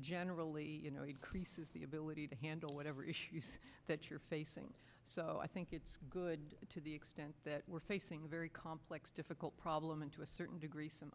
generally you know it creases the ability to handle whatever issues that you're facing so i think it's good to the extent that we're facing a very complex difficult problem and to a certain degree some